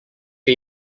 que